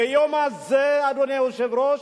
ביום הזה, אדוני היושב-ראש,